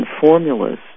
formulas